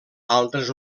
altres